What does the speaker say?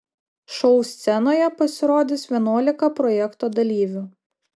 šou scenoje pasirodys vienuolika projekto dalyvių